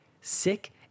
sick